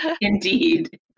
Indeed